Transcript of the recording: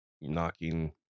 knocking